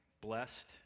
blessed